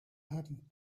happened